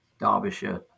derbyshire